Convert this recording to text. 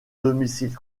domicile